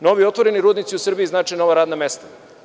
Novi otvoreni rudnici u Srbiji znače nova radna mesta.